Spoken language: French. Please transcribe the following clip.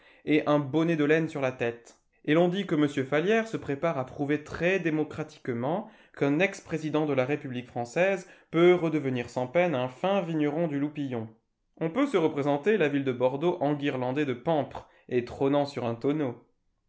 et un bonnet de laine sur la tête et l'on dit que m fallières se prépare à prouver très démocratiquement qu'un ex président de la république française peut redevenir sans peine un fin vigneron du loupillon on peut se représenter la ville de bordeaux enguirlandée de pampres et trônant sur un tonneau